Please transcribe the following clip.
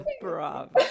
Bravo